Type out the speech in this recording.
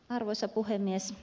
arvoisa puhemies